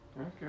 Okay